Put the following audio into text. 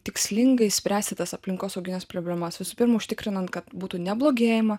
tikslingai spręsti tas aplinkosaugines problemas visų pirma užtikrinant kad būtų ne blogėjimo